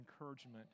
encouragement